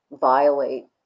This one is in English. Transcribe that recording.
violate